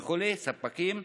וספקים,